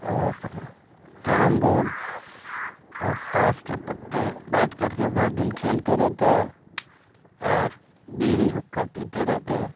اور carrom board اور تاش کے پتے بیٹھ کر کے بھر دن کھیلتے رہتے ہیں اور بیڑی ہکا پیتے رہتے ہیں